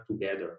together